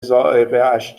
ذائقهاش